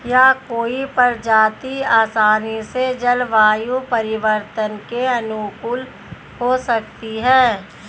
क्या कोई प्रजाति आसानी से जलवायु परिवर्तन के अनुकूल हो सकती है?